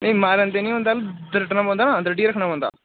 नेईं मारन ते नी होंदा पर दरंडना पौंदा ना दरंडियै रक्खना पौंदा